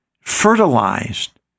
fertilized